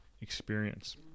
experience